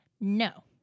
no